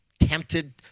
Tempted